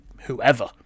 whoever